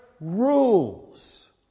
rules